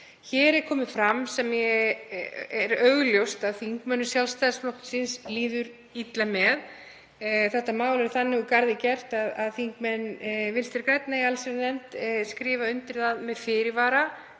Hér er komið fram mál sem augljóst er að þingmönnum Sjálfstæðisflokksins líður illa með. Þetta mál er þannig úr garði gert að þingmenn Vinstri grænna í allsherjarnefnd skrifa undir það með fyrirvara.